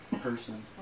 person